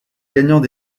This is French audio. gagnants